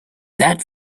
that